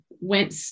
went